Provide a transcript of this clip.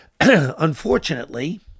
unfortunately